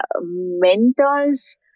mentors